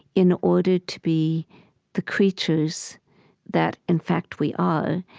in order to be the creatures that, in fact, we are,